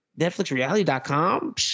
NetflixReality.com